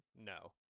no